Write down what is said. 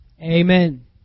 amen